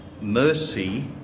mercy